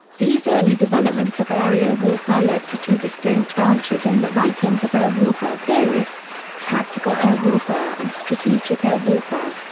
these early developments of aerial warfare led to two distinct branches in the writings of air warfare theorists tactical air warfare and strategic air warfare.